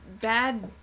bad